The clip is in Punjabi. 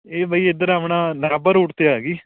ਇਹ ਬਾਈ ਇੱਧਰ ਆਪਣਾ ਨਾਭਾ ਰੋਡ 'ਤੇ ਆ ਗਈ